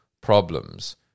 problems